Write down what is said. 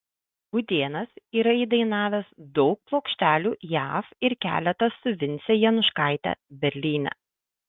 būtėnas yra įdainavęs daug plokštelių jav ir keletą su vince januškaite berlyne